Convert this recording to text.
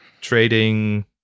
trading